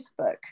Facebook